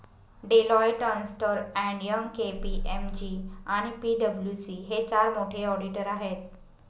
Deloitte, अस्न्टर and Young, KPMG आणि पी.डब्ल्यू.सी हे चार मोठे ऑडिटर आहेत